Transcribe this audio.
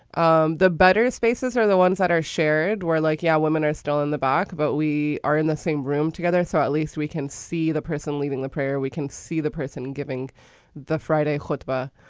um the better spaces are the ones that are shared. we're like, yeah, women are still in the back, but we are in the same room together. so at least we can see the person leaving the prayer. we can see the person giving the friday hotbar.